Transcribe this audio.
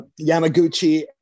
Yamaguchi